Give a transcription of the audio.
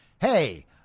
Hey